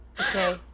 Okay